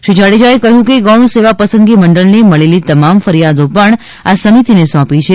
શ્રી જાડેજાએ કહ્યું કે ગૌણસેવા પસંદગી મંડળને મળેલી તમામ ફરીયોદો પણ આ સમિતિને સોંપી છે